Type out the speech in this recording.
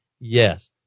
Yes